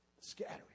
Scattering